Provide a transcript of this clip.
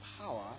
power